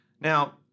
Now